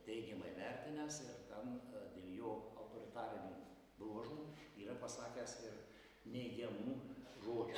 teigiamai vertinęs ir ten dėl jo autoritarinių bruožų yra pasakęs ir neigiamų žodžių